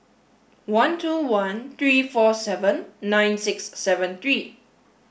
one two one three four seven nine six seven three